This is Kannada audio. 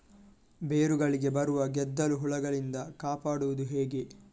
ಬೇರುಗಳಿಗೆ ಬರುವ ಗೆದ್ದಲು ಹುಳಗಳಿಂದ ಕಾಪಾಡುವುದು ಹೇಗೆ?